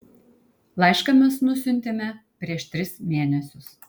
laišką mes nusiuntėme prieš tris mėnesius